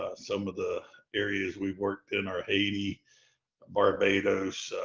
ah some of the areas we worked in are haiti barbados,